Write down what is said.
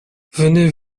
venez